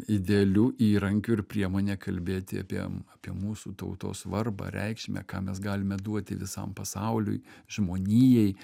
idealiu įrankiu ir priemone kalbėti apie apie mūsų tautos svarbą reikšmę ką mes galime duoti visam pasauliui žmonijai